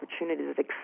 opportunities